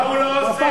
מה הוא לא עושה?